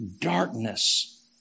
darkness